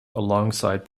alongside